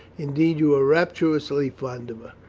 indeed, you are rapturously fond of her.